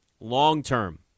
long-term